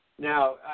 Now